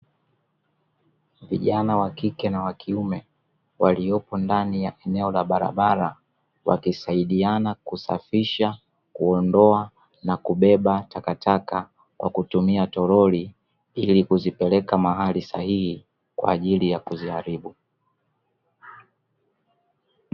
Vijana wa kike na wa kiume waliopo ndani ya eneo la barabara, wakisaidiana kusafisha, kuondoa na kubeba takataka kwa kutumia toroli, ili kuzipeleka mahali sahihi, kwa ajili ya kuziharibu.